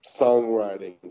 songwriting